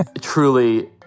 Truly